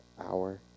hour